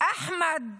אחמד